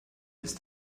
ist